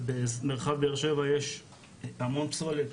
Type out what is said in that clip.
במרחב באר שבע יש המון פסולת